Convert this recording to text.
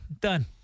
done